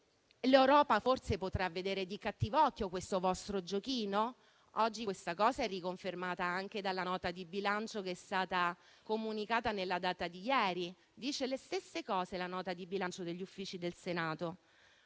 l'Europa forse potrà vedere di cattivo occhio questo vostro giochino? Oggi questa cosa è riconfermata anche dalla nota di bilancio che è stata comunicata ieri: la nota di bilancio degli uffici del Senato